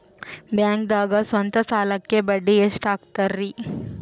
ಬ್ಯಾಂಕ್ದಾಗ ಸ್ವಂತ ಸಾಲಕ್ಕೆ ಬಡ್ಡಿ ಎಷ್ಟ್ ಹಕ್ತಾರಿ?